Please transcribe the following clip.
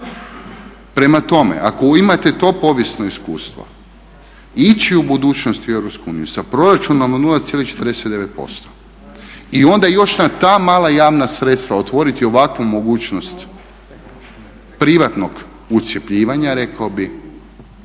Prema tome, ako imate to povijesno iskustvo ići u budućnosti u EU sa proračunom od 0,49% i onda još na ta mala javna sredstva otvoriti ovakvu mogućnost privatnog ucjepljivanja rekao bih